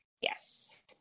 Yes